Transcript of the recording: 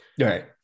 Right